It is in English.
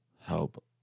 help